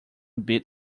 bit